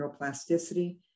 neuroplasticity